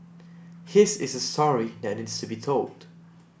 his is a story that needs to be told